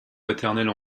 maternelle